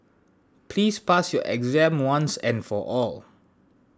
please pass your exam once and for all